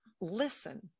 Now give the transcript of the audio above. listen